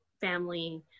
family